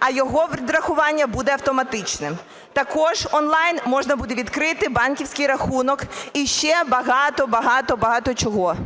а його відрахування буде автоматичним. Також онлайн можна буде відкрити банківський рахунок і ще багато-багато-багато чого.